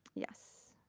yes.